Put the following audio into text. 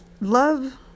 love